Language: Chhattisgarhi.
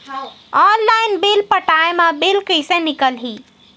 ऑनलाइन बिल पटाय मा बिल कइसे निकलही?